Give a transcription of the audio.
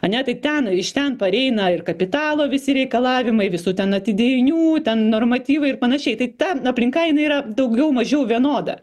ane tai ten iš ten pareina ir kapitalo visi reikalavimai visų ten atidėjinių ten normatyvai ir panašiai tai ten aplinka jinai yra daugiau mažiau vienoda